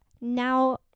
now